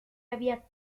había